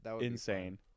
insane